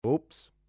Oops